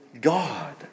God